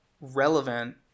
relevant